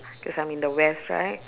cause I'm in the west right